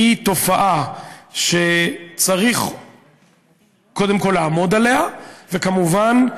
זו תופעה שצריך קודם כול לעמוד עליה, וכמובן,